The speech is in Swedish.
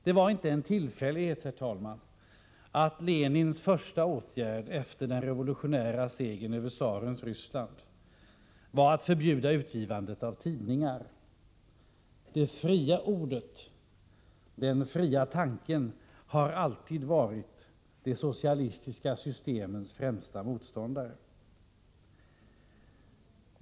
Det var inte en tillfällighet, herr talman, att Lenins första åtgärd efter den revolutionära segern över tsarens Ryssland var att förbjuda utgivandet av tidningar. Det fria ordet och den fria tanken har alltid varit de socialistiska systemens främsta motståndare.